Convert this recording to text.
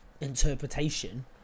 interpretation